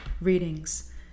readings